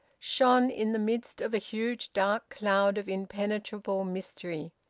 shone in the midst of a huge dark cloud of impenetrable mystery.